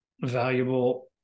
valuable